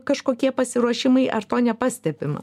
kažkokie pasiruošimai ar to nepastebima